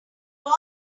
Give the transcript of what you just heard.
days